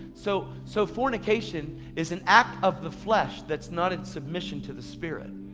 so so fornication is an act of the flesh that's not in submission to the spirit.